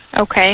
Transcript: Okay